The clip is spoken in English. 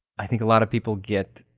i think a lot of people get